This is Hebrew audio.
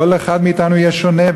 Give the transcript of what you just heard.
"כל אחד מאתנו יהיה שונה,